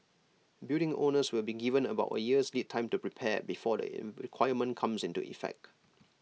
building owners will be given about A year's lead time to prepare before the in requirement comes into effect